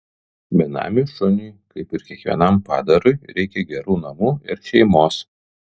benamiui šuniui kaip ir kiekvienam padarui reikia gerų namų ir šeimos